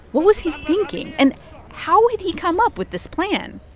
what was he thinking? and how did he come up with this plan?